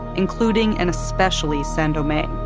including and especially saint-domingue.